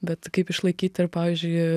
bet kaip išlaikyt ir pavyzdžiui